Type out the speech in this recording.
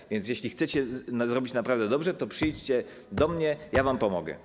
Tak więc jeśli chcecie to zrobić naprawdę dobrze, to przyjdźcie do mnie, ja wam pomogę.